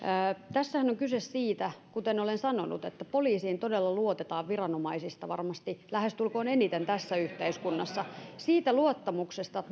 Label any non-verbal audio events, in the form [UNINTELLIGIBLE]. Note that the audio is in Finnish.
tässähän on kyse siitä kuten olen sanonut että poliisiin todella luotetaan viranomaisista varmasti lähestulkoon eniten tässä yhteiskunnassa siitä luottamuksesta [UNINTELLIGIBLE]